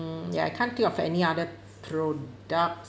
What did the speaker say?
mm ya I can't think of any other product